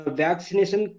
vaccination